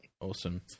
awesome